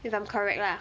if I'm correct lah